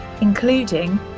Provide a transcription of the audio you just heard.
including